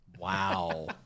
Wow